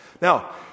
Now